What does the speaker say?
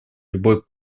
любой